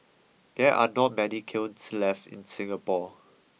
there are not many kilns left in Singapore